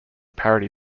parody